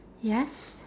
yes